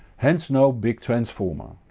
hence no big transformer.